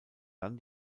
dann